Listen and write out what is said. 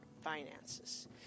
finances